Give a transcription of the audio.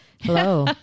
Hello